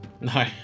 No